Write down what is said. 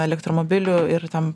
elektromobilių ir tam